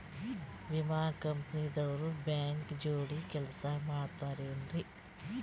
ವಿಮಾ ಕಂಪನಿ ದವ್ರು ಬ್ಯಾಂಕ ಜೋಡಿ ಕೆಲ್ಸ ಮಾಡತಾರೆನ್ರಿ?